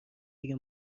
دیگه